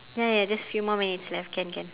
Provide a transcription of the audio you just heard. ya ya just a few more minutes left can can